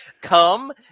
come